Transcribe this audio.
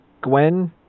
Gwen